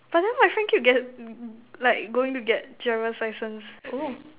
but then my friend keep get like going to get driver's license oh